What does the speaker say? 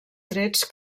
trets